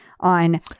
on